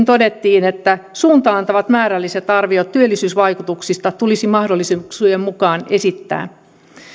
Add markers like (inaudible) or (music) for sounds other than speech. (unintelligible) todettiin että suuntaa antavat määrälliset arviot työllisyysvaikutuksista tulisi mahdollisuuksien mukaan esittää